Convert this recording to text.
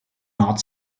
not